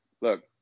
look